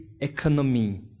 economy